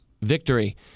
victory